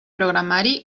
programari